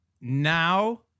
now